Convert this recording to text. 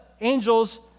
angels